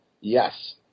Yes